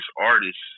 artists